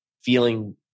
feeling